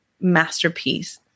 masterpiece